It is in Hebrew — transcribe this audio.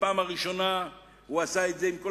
בפעם הראשונה הוא עשה את זה עם כל